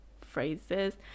phrases